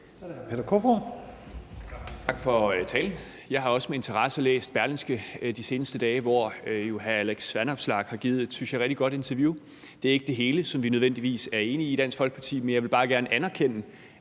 (DF): Tak. Og tak for talen. Jeg har også med interesse læst Berlingske de seneste dage, hvor hr. Alex Vanopslagh har givet et, synes jeg, rigtig godt interview. Det er ikke det hele, som vi i Dansk Folkeparti nødvendigvis er enige i, men jeg vil bare gerne anerkende,